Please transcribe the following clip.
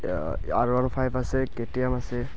R one five আছে K T M আছে